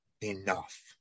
enough